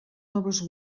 noves